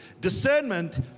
Discernment